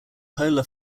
polar